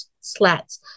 slats